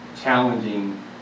challenging